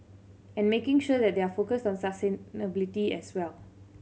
and making sure that they are focused on as well